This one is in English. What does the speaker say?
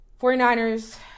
49ers